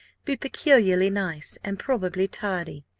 be peculiarly nice, and probably tardy.